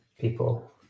people